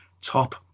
top